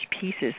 pieces